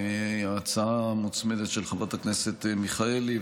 ההצעה המוצמדת של חברת הכנסת מיכאלי,